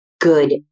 good